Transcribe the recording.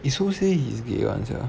is who say he's gay [one] sia